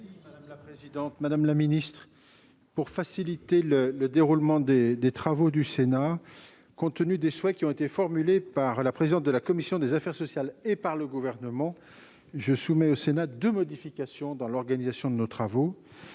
de la commission des lois. Pour faciliter le déroulement des travaux du Sénat, compte tenu des souhaits qui ont été formulés par Mme la présidente de la commission des affaires sociales et par le Gouvernement, je soumets au Sénat deux modifications dans l'organisation de nos travaux.